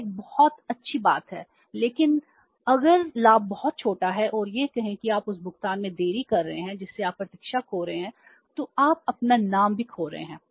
फिर एक बहुत अच्छी बात है लेकिन अगर लाभ बहुत छोटा है और यह कहें कि आप उस भुगतान में देरी कर रहे हैं जिससे आप प्रतिष्ठा खो रहे हैं तो आप अपना नाम भी खो रहे हैं